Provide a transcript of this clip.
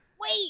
Wait